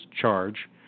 charge